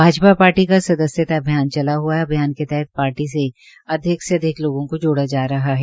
Bhajpa party का सदस्यता अभियान चला हुआ है अभीयान के तहत पार्टी से अधिक से अधिक लोगों को जोड़ा जा रहा है